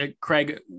craig